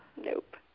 nope